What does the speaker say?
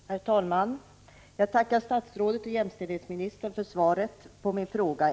Herr talman! Jag tackar statsrådet och jämställdhetsministern för svaret på min fråga.